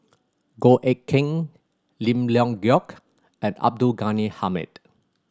Goh Eck Kheng Lim Leong Geok and Abdul Ghani Hamid